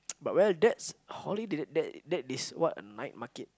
but well that's holiday that that is what a night market